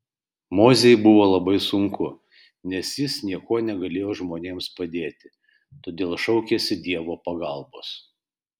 mozei buvo labai sunku nes jis niekuo negalėjo žmonėms padėti todėl šaukėsi dievo pagalbos